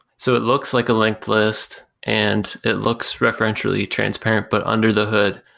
so it looks like a length list and it looks referentially transparent, but under the hood,